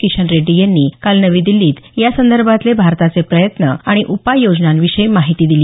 किशन रेड्डी यांनी काल नवी दिल्लीत यासंदर्भांतले भारताचे प्रयत्न आणि उपाययोजनांविषयी माहिती दिली